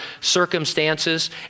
circumstances